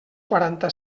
quaranta